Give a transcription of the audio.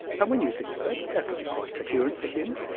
and when you think about it, that could be quite coherent for him.